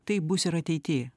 taip bus ir ateity